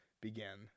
began-